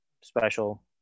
special